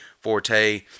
forte